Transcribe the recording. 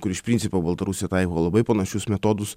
kur iš principo baltarusija taiko labai panašius metodus